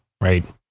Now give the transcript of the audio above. right